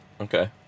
okay